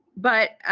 but